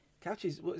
couches